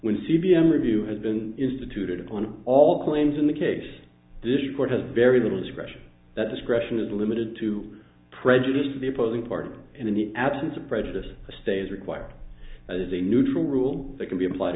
l review has been instituted on all claims in the case dish court has very little discretion that discretion is limited to prejudice to the opposing party and in the absence of prejudice stays required as a neutral rule that can be applied